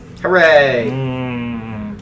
Hooray